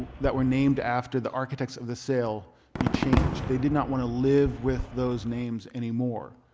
that were named after the architects of the sale be changed. they did not want to live with those names anymore.